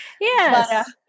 Yes